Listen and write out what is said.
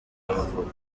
y’amavuko